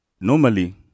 normally